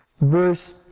verse